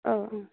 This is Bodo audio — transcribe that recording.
औ